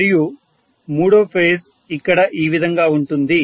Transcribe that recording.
మరియు మూడో ఫేజ్ ఇక్కడ ఈ విధంగా ఉంటుంది